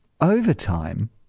overtime